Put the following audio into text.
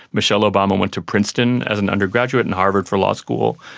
michelle obama went to princeton as an undergraduate and harvard for law school,